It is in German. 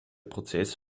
prozess